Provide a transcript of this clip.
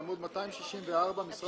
עמוד 264, משרד המשפטים.